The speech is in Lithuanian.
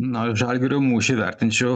nu aš žalgirio mūšį vertinčiau